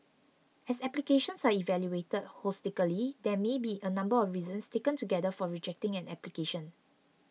as applications are evaluated holistically there may be a number of reasons taken together for rejecting an application